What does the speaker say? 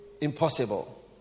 Impossible